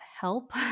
help